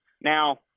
Now